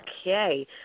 Okay